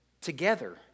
together